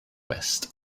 west